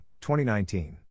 2019